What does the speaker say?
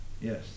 Yes